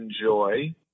enjoy